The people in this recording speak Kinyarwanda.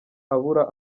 abura